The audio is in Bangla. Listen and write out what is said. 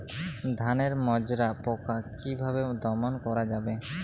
ধানের মাজরা পোকা কি ভাবে দমন করা যাবে?